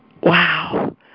Wow